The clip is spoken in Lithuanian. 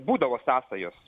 būdavo sąsajos